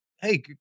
hey